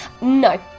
No